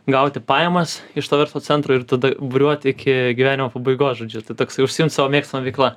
gauti pajamas iš to verslo centro ir tada buriuoti iki gyvenimo pabaigos žodžiu tai toksai užsiimt savo mėgstama veikla